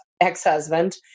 ex-husband